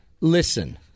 listen